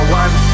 one